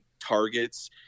targets